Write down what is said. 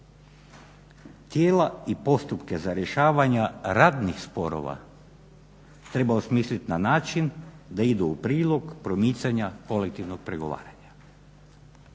tijela i postupke za rješavanja radnih sporova treba osmislit na način da idu u prilog promicanja kolektivnog pregovaranja.